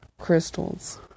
crystals